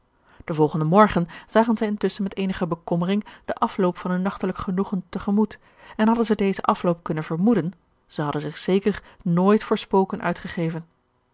den volgenden morgen zagen zij intusschen met eenige bekommering den afloop van hun nachtelijk genoegen te gemoet en hadden zij dezen afloop kunnen vermoeden zij hadden zich zeker nooit voor spoken uitgegeven